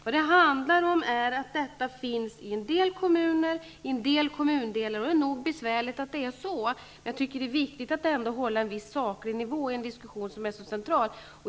Det är en del kommuner och kommundelar som får stora klasser, och det är nog så besvärligt. Men det är viktigt att ändå hålla en viss saklig nivå i en diskussion som är så central.